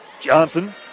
Johnson